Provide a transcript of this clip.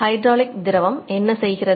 hydraulic திரவம் என்ன செய்கிறது